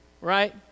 right